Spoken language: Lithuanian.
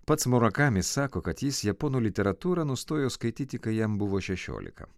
pats murakami sako kad jis japonų literatūrą nustojo skaityti kai jam buvo šešiolika